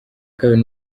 kabiri